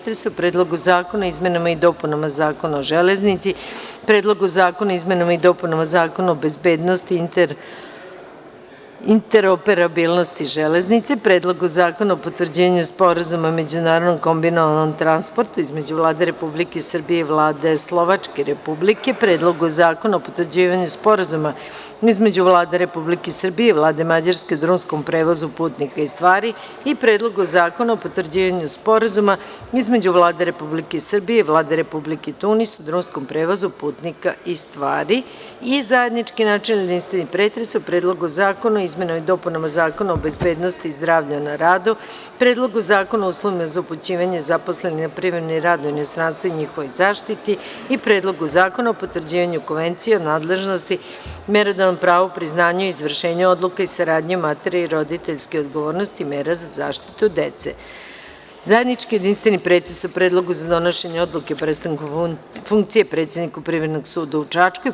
D n e v n i r e d 1. Predlog zakona o izmenama i dopunama Zakona o železnici; 2. Predlog zakona o izmenama i dopunama Zakona bezbednosti i interoperabilnosti železnice; 3. Predlog zakona o potvrđivanju Sporazuma o međunarodnom kombinovanom transportu između Vlade Republike Srbije i Vlade Slovačke Republike; 4. Predlog zakona o potvrđivanju Sporazuma između Vlade Republike Srbije i Vlade Mađarske o drumskom prevozu putnika i stvari; 5. Predlog zakona o potvrđivanju Sporazuma između Vlade Republike Srbije i Vlade Republike Tunis o drumskom prevozu putnika i stvari; 6. Predlog zakona o izmenama i dopunama Zakona o bezbednosti i zdravlju na radu; 7. Predlog zakona o uslovima za upućivanje zaposlenih na privremeni rad u inostranstvo i njihovoj zaštiti; 8. Predlog zakona o potvrđivanju Konvencije o nadležnosti, merodavnom pravu, priznanju i izveštavanju odluka i saradnji u materiji roditeljske odgovornosti i mera za zaštitu dece; 9. Predlog za donošenje odluke o prestanku funkcije predsedniku Privrednog suda u Čačku; 10.